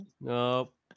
Nope